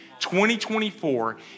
2024